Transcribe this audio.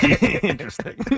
Interesting